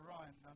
Ryan